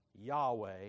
Yahweh